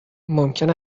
ممکن